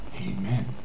Amen